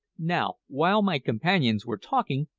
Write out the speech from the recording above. now, while my companions were talking,